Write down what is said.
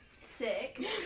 Sick